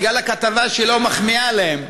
בגלל הכתבה שלא מחמיאה להם.